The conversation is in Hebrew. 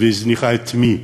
והזניחה את מי?